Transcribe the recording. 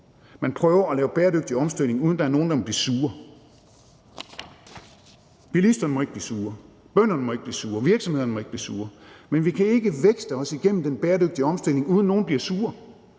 Man prøver at lave en bæredygtig omstilling, uden at der er nogen, der må blive sure. Bilisterne må ikke blive sure, bønderne må ikke blive sure, og virksomhederne må ikke blive sure. Men vi kan ikke vækste os igennem den bæredygtige omstilling, uden at nogen bliver sure,